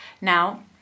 now